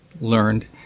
learned